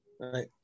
right